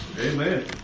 Amen